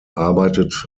arbeitet